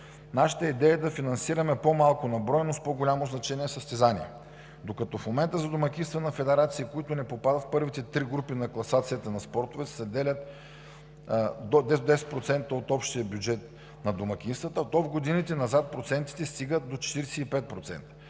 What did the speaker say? Нашата идея е да финансираме по-малко на брой, но с по-голямо значение състезания. Докато в момента за домакинства на федерации, които не попадат в първите три групи на класацията на спортове, се заделят 10% от общия бюджет на домакинствата, то в годините назад процентите стигат до 45%.